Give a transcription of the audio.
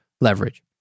leverage